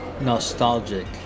nostalgic